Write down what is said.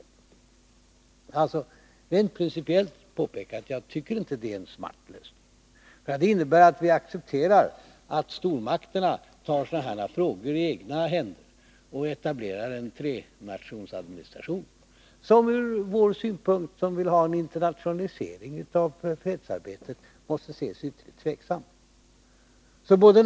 Jag vill rent principiellt påpeka att jag inte tycker att detta är en smart lösning. Det skulle innebära att vi accepterar att stormakterna tar sådana här frågor i egna händer och i detta fall etablerar en trenationsadministration. Från vår synpunkt, dvs. att vi vill ha en internationalisering av fredsarbetet, måste denna lösning ses som ytterst tveksam.